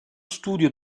studio